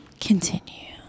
Continue